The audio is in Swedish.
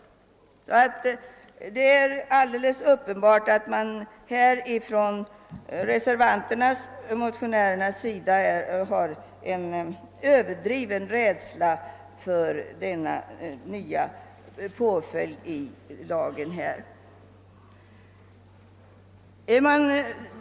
Reservanterna och motionärerna har alldeles uppenbart en överdriven rädsla för denna nya påföljd i lagförslaget.